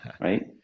right